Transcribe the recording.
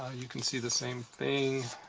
ah you can see the same thing